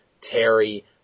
Terry